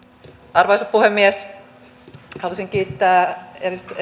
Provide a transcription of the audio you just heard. arvoisa puhemies haluaisin kiittää